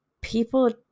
people